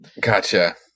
Gotcha